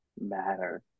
matter